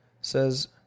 says